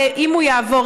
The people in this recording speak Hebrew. אם הוא יעבור,